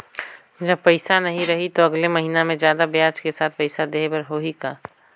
जब पइसा नहीं रही तो अगले महीना मे जादा ब्याज के साथ पइसा देहे बर होहि का?